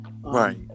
Right